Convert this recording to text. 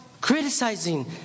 criticizing